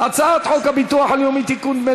הצעת חוק הביטוח הלאומי (תיקון,